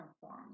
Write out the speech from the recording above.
forms